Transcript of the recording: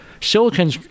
Silicon